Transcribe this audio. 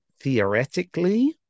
theoretically